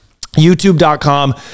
YouTube.com